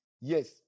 Yes